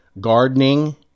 gardening